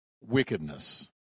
wickedness